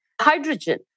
hydrogen